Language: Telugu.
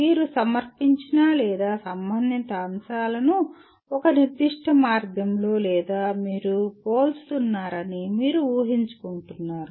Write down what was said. మీరు సమర్పించిన లేదా సంబంధిత అంశాలను ఒక నిర్దిష్ట మార్గంలో లేదా మీరు పోల్చుతున్నారని మీరు ఊహించుకుంటున్నారు